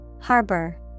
Harbor